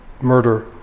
Murder